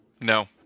No